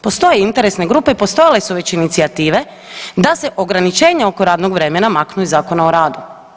Postoje interesne grupe i postojale su već inicijative da se ograničenje oko radnog vremena maknu iz Zakona o radu.